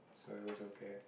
so it was okay